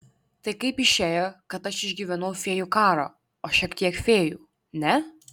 tai kaip išėjo kad aš išgyvenau fėjų karą o šitiek fėjų ne